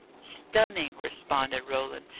stunning, responded roland.